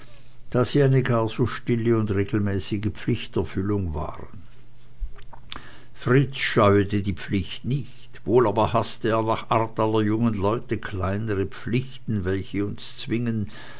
da sie eine gar so stille und regelmäßige pflichterfüllung waren fritz scheuete die pflicht nicht wohl aber haßte er nach art aller jungen leute kleinere pflichten welche uns zwingen